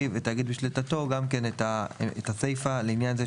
ותאגיד שבשליטתו של הסיפה "לעניין זה,